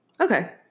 Okay